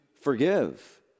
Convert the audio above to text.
forgive